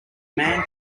man